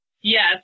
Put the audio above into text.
Yes